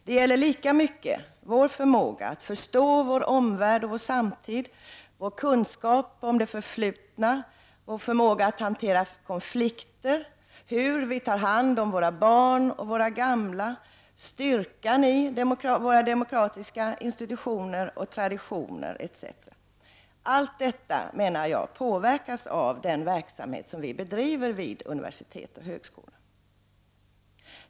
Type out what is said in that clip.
Det gäller lika mycket vår förmåga att förstå vår omvärld och vår samtid, vår kunskap om det förflutna, vår förmåga att hantera konflikter, hur vi tar hand om våra barn och gamla, styrkan i våra demokratiska institutioner och traditioner osv. Allt detta, menar jag, påverkas av den verksamhet som bedrivs vid universitet och högskolor.